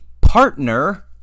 partner